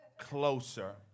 closer